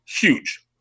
huge